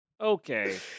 Okay